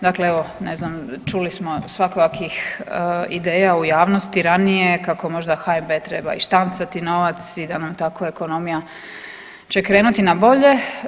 Dakle, evo ne znam čuli smo svakojakih ideja u javnosti ranije kako možda HNB treba i štancati novac i da nam tako ekonomija će krenuti na bolje.